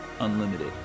unlimited